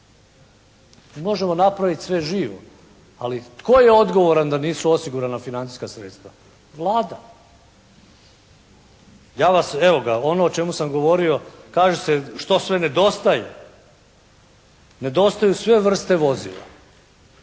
možemo napraviti sve živo, ali tko je odgovoran da nisu osigurana financijska sredstva? Vlada. Ja vas, evo ga ono o čemu sam govorio, kaže se što sve nedostaje. Nedostaju sve vrste vozila,